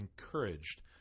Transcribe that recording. encouraged